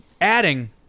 adding